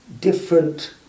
different